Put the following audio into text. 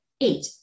eight